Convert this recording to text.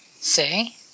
say